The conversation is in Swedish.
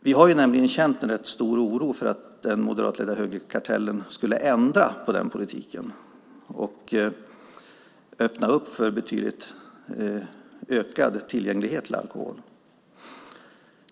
Vi har nämligen känt en rätt stor oro för att den moderatledda högerkartellen skulle ändra på den politiken och öppna upp för betydligt ökad tillgänglighet till alkohol.